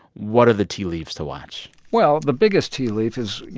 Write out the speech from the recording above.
what are the tea leaves to watch? well, the biggest tea leaf is, you